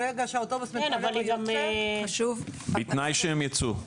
ברגע שהאוטובוס מתמלא והוא יוצא --- בתנאי שהם יצאו.